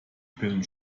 pillen